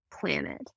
planet